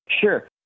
Sure